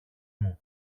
μου